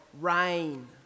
rain